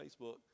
Facebook